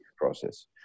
process